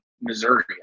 Missouri